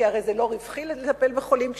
כי הרי זה לא רווחי לטפל בחולים קשישים.